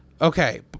Okay